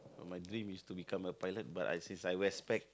my dream is to become a pilot but I since I respect